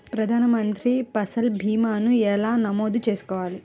ప్రధాన మంత్రి పసల్ భీమాను ఎలా నమోదు చేసుకోవాలి?